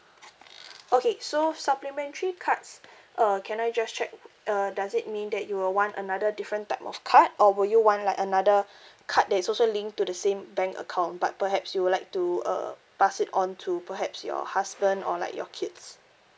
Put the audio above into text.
okay so supplementary cards uh can I just check uh does it mean that you will want another different type of card or will you want like another card that is also linked to the same bank account but perhaps you would like to uh pass it on to perhaps your husband or like your kids